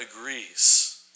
agrees